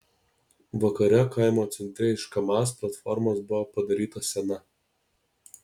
vakare kaimo centre iš kamaz platformos buvo padaryta scena